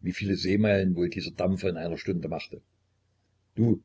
wie viele seemeilen wohl dieser dampfer in einer stunde machte du